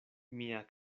mia